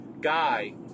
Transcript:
guy